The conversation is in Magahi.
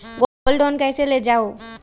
गोल्ड लोन कईसे लेल जाहु?